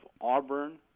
Auburn